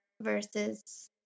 versus